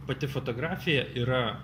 pati fotografija yra